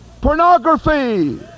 pornography